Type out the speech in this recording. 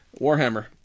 Warhammer